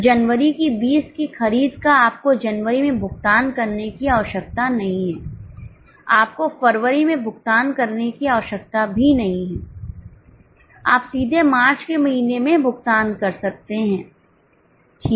तो जनवरी की 20 की खरीद का आपको जनवरी में भुगतान करने की आवश्यकता नहीं है आपको फरवरी में भुगतान करने की आवश्यकता भी नहीं है आप सीधे मार्च के महीने में इसका भुगतान कर सकते हैं ठीक है